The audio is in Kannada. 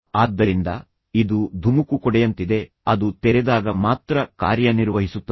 ಆದ್ದರಿಂದ ಇದು ಧುಮುಕುಕೊಡೆಯಂತಿದೆ ಅದು ತೆರೆದಾಗ ಮಾತ್ರ ಕಾರ್ಯನಿರ್ವಹಿಸುತ್ತದೆ